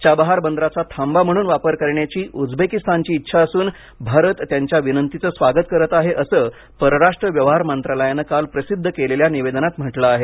Chabahar बंदराचा थांबा म्हणून वापर करण्याची उझबेकिस्तानची इच्छा असून भारत त्यांच्या विनंतीचं स्वागत करत आहे असं परराष्ट्र व्यवहार मंत्रालयानं काल प्रसिद्ध केलेल्या निवेदनात म्हटलं आहे